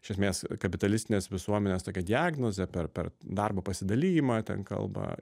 iš esmės kapitalistinės visuomenės tokia diagnozė per per darbo pasidalijimą ten kalba